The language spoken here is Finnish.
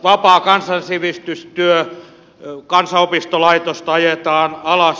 vapaata kansansivistystyötä kansanopistolaitosta ajetaan alas